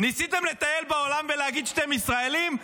ניסיתם לטייל בעולם ולהגיד שאתם ישראלים?